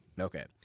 Okay